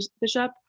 Bishop